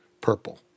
purple